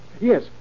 Yes